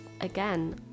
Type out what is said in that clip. again